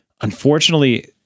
Unfortunately